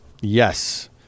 Yes